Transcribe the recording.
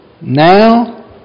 now